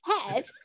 head